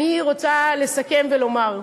אני רוצה לסכם ולומר: